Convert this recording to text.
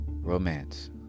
romance